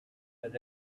but